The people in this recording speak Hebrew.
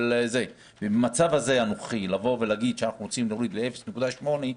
במצב הנוכחי להגיד שאנחנו רוצים להוריד ל-0.8,